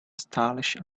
stylish